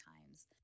times